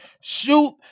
Shoot